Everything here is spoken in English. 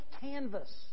canvas